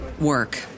work